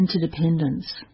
interdependence